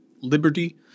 liberty